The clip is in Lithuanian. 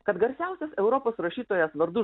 kad garsiausias europos rašytojas vardu